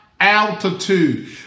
altitude